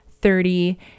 thirty